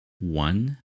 one